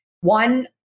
one